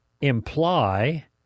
imply